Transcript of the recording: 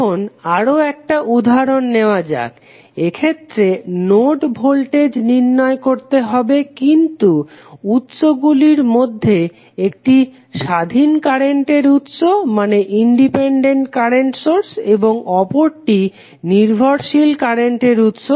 এখন আরও একটা উদাহরণ নেওয়া যাক এক্ষেত্রে নোড ভোল্টেজ নির্ণয় করতে হবে কিন্তু উৎসগুলির মধ্যে একটি স্বাধীন কারেন্টের উৎস এবং অপরটি নির্ভরশীল কারেন্টের উৎস